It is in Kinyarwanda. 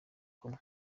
kumwe